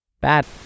Bad